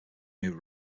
new